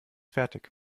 fertig